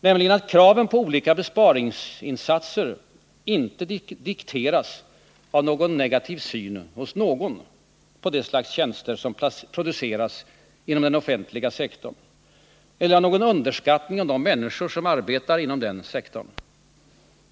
Det är att kraven på olika besparingsinsatser självfallet inte dikteras av någon negativ syn på det slags tjänster som produceras inom den offentliga sektorn eller av någon underskattning av de människor som arbetar där.